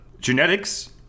genetics